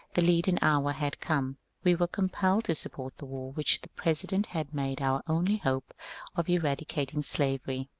the leaden hour had come we were compelled to support the war which the president had made our only hope of eradicating slavery,